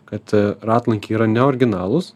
kad ratlankiai yra neoriginalus